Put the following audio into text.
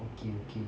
okay okay